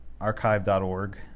archive.org